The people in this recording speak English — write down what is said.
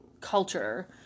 culture